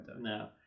No